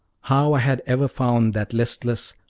how i had ever found that listless,